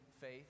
faith